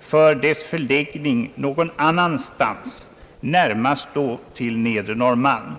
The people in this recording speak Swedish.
för dess förläggning någon annanstans, närmast då till Nedre Norrmalm.